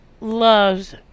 loves